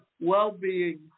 well-being